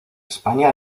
españa